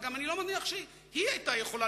אבל גם אני לא מניח שהיא היתה יכולה